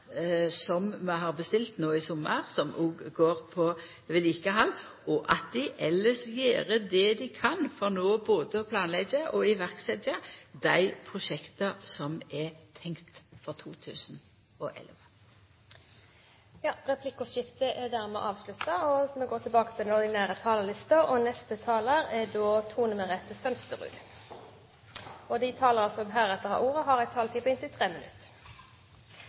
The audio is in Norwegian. som vi har bestilt no i sommar, som òg går på vedlikehald, og at dei elles gjer det dei kan for både å planleggja og setja i verk dei prosjekta som er tenkte for 2011. Replikkordskiftet er dermed avsluttet. De talere som heretter får ordet, har en taletid på inntil 3 minutter. Fremskrittspartiet snakker her om at vi har en regjering som